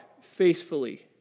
faithfully